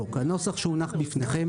שהונח לפניכם,